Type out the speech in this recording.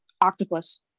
Octopus